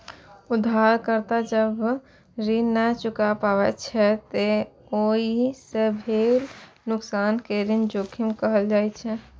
उधारकर्ता जब ऋण नै चुका पाबै छै, ते ओइ सं भेल नुकसान कें ऋण जोखिम कहल जाइ छै